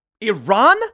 Iran